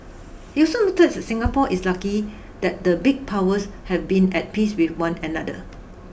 he also noted that Singapore is lucky that the big powers have been at peace with one another